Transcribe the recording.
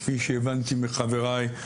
כפי שהבנתי מחבריי,